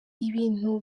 ibintu